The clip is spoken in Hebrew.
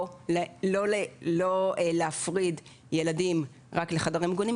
לא להפריד ילדים רק לחדרים מוגנים,